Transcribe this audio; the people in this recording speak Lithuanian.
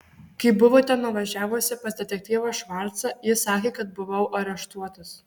kai buvote nuvažiavusi pas detektyvą švarcą jis sakė kad buvau areštuotas